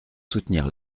soutenir